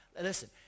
Listen